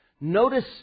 Notice